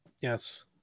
Yes